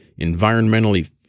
environmentally